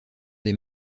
des